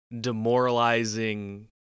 demoralizing